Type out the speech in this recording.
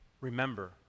Remember